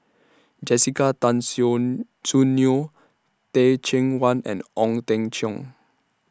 Jessica Tan Soon Soon Neo Teh Cheang Wan and Ong Teng Cheong